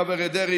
הרב אריה דרעי,